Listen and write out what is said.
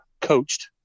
coached